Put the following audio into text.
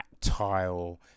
Tile